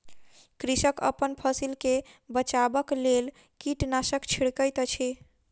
कृषक अपन फसिल के बचाबक लेल कीटनाशक छिड़कैत अछि